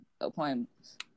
appointments